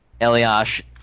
Eliash